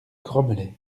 grommelait